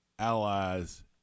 allies